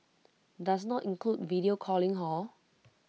does not include video calling hor